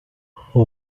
who